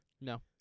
No